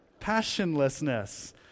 Passionlessness